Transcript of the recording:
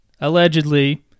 allegedly